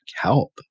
help